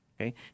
okay